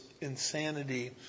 insanity